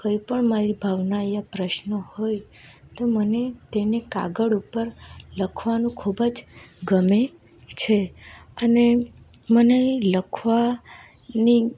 કોઈપણ મારી ભાવના યા પ્રશ્ન હોય તો મને તેને કાગળ ઉપર લખવાનું ખૂબ જ ગમે છે અને મને લખવાની